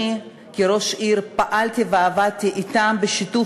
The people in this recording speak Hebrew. אני כראש עיר פעלתי ועבדתי אתה בשיתוף